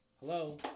Hello